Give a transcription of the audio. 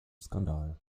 skandal